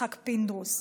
יצחק פינדרוס.